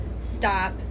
stop